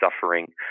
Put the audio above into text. suffering